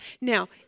Now